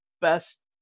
best